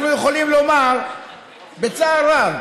אנחנו יכולים לומר בצער רב